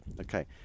okay